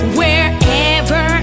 wherever